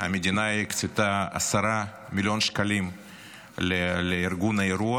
המדינה הקצתה 10 מיליון שקלים לארגון האירוע,